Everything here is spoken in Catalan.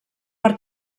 per